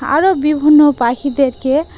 আরও বিভিন্ন পাখিদেরকে